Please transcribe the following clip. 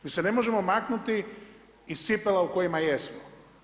Mi se ne možemo maknuti iz cipela u kojima jesmo.